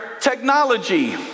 technology